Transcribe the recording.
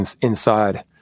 Inside